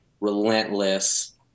relentless